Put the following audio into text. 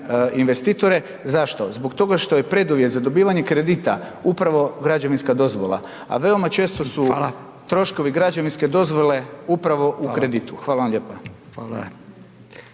investitore, zašto? Zbog toga što je preduvjet za dobivanje kredita upravo građevinska dozvola, a veoma često su troškovi građevinske dozvole upravo u kreditu. Hvala vam lijepo.